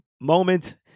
moment